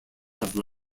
have